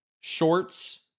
shorts